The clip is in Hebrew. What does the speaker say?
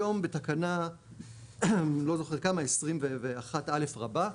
היום, בתקנה לא זוכר כמה 21א רבה,